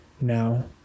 Now